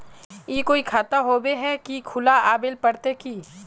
ई कोई खाता होबे है की खुला आबेल पड़ते की?